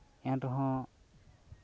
ᱮᱱᱨᱮᱦᱚᱸ